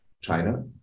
China